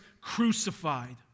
crucified